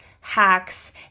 hacks